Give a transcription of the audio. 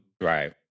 Right